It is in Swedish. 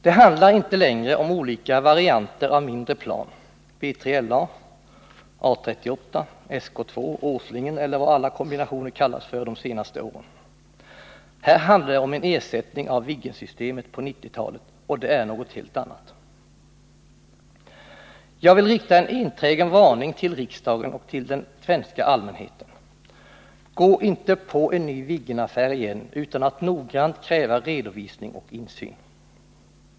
Det handlar inte längre om olika varianter av mindre plan — B3LA, A 38, SK 2, Åslingen eller vad alla kombinationer kallats för de senaste åren. Här handlar det om en ersättning för Viggensystemet på 1990-talet, och det är någonting helt annat. Jag vill rikta en enträgen varning till riksdagen och till den svenska allmänheten: Gå inte på en ny Viggenaffär igen utan att noggrant kräva redovisning och insyn!